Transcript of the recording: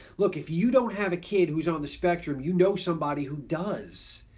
look if you don't have a kid who's on the spectrum, you know somebody who does,